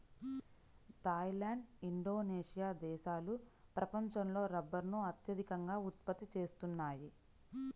Thai land, Indonesia దేశాలు ప్రపంచంలో రబ్బరును అత్యధికంగా ఉత్పత్తి చేస్తున్నాయి